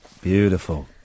Beautiful